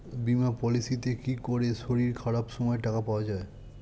বীমা পলিসিতে কি করে শরীর খারাপ সময় টাকা পাওয়া যায়?